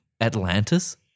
Atlantis